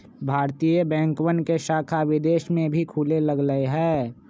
भारतीय बैंकवन के शाखा विदेश में भी खुले लग लय है